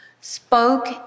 spoke